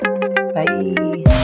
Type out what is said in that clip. Bye